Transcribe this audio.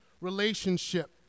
relationship